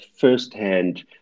firsthand